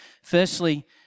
Firstly